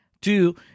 two